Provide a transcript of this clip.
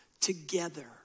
together